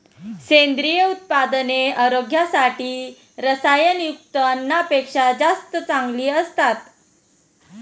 सेंद्रिय उत्पादने आरोग्यासाठी रसायनयुक्त अन्नापेक्षा जास्त चांगली असतात